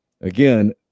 Again